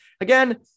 again